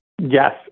Yes